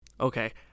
Okay